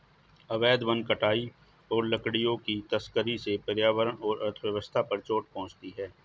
अवैध वन कटाई और लकड़ियों की तस्करी से पर्यावरण और अर्थव्यवस्था पर चोट पहुँचती है